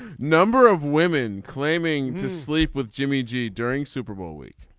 number of women claiming to sleep with jimmy g during super bowl week.